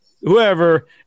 whoever